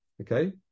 Okay